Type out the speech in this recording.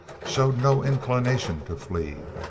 showed no inclination to flee.